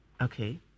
Okay